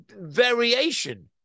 variation